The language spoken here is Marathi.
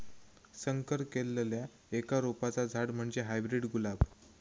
संकर केल्लल्या एका रोपाचा झाड म्हणजे हायब्रीड गुलाब